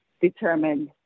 determined